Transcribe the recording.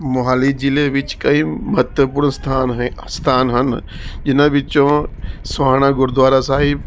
ਮੋਹਾਲੀ ਜ਼ਿਲ੍ਹੇ ਵਿੱਚ ਕਈ ਮਹੱਤਵਪੂਰਨ ਸਥਾਨ ਨੇ ਸਥਾਨ ਹਨ ਜਿਹਨਾਂ ਵਿੱਚੋਂ ਸੋਹਾਣਾ ਗੁਰਦੁਆਰਾ ਸਾਹਿਬ